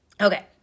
Okay